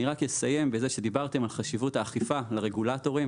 אני רק אסיים בזה שדיברתם על חשיבות האכיפה לרגולטורים,